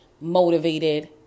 motivated